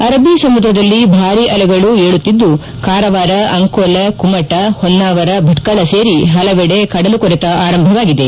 ಅರಬ್ಬಿ ಸಮುದ್ರದಲ್ಲಿ ಭಾರಿ ಅಲೆಗಳು ಏಳುತ್ತಿದ್ದು ಕಾರವಾರ ಅಂಕೋಲ ಕುಮಟ ಹೊನ್ನಾವರ ಭಟ್ಗಳ ಸೇರಿ ಹಲವೆಡೆ ಕಡಲುಕೊರೆತ ಆರಂಭವಾಗಿದೆ